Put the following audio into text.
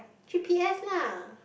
G_P_S lah